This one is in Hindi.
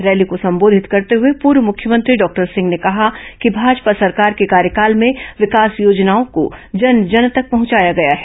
रैली को संबोधित करते हुए पूर्व मुख्यमंत्री डॉक्टर सिंह ने कहा कि भाजपा सरकार के कार्यकाल में विकास योजनाओं को जन जन तक पहुंचाया गया है